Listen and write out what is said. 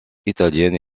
italiennes